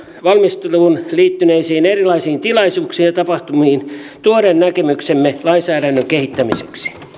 valmisteluun liittyneisiin erilaisiin tilaisuuksiin ja tapahtumiin tuoden näkemyksemme lainsäädännön kehittämiseen